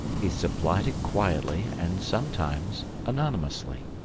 he supplied it quietly and sometimes anonymously.